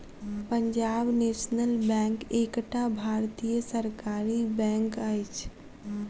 Punjab National Bank एकटा भारतीय सरकारी बैंक अछि